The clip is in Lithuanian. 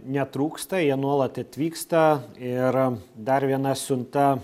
netrūksta jie nuolat atvyksta ir dar viena siunta